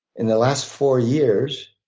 in the last four years,